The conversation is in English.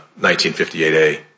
1958A